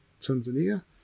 Tanzania